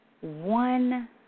one